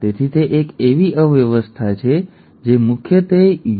તેથી તે એક એવી અવ્યવસ્થા છે જે મુખ્યત્વે યુ